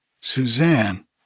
Suzanne